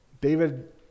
David